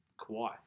Kawhi